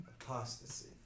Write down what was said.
Apostasy